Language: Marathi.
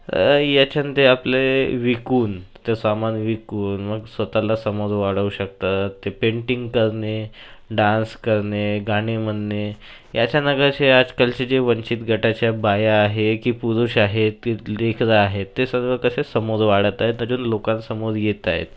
याच्याने ते आपले विकून ते सामान विकून मग स्वतः ला समोर वाढवू शकतात ते पेंटिंग करणे डान्स करणे गाणे म्हनणे याच्याने कसे आजकालचे जे वंचित गटाच्या बाया आहे की पुरुष आहेत की लेकरं आहेत ते सर्व कसे समोर वाढत आहे त्याच्यातून लोकांसमोर येत आहे